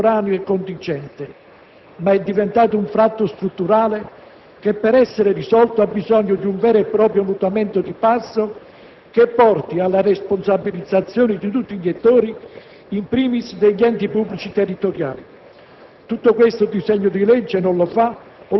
L'emergenza non è un fatto temporaneo e contingente, ma ormai un fatto strutturale che, per essere risolto, ha bisogno di un vero e proprio mutamento di passo che porti alla responsabilizzazione di tutti gli attori, *in primis* degli enti pubblici territoriali.